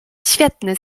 świetny